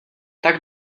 tak